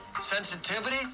Sensitivity